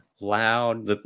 loud